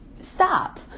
stop